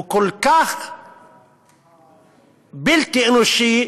הוא כל כך בלתי אנושי,